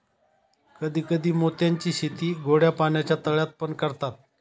कधी कधी मोत्यांची शेती गोड्या पाण्याच्या तळ्यात पण करतात